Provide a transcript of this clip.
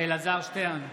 אלעזר שטרן,